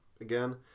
again